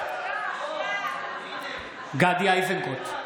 בעד גדי איזנקוט,